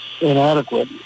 inadequate